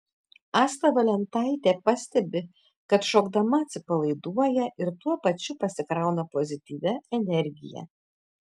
asta valentaitė pastebi kad šokdama atsipalaiduoja ir tuo pačiu pasikrauna pozityvia energija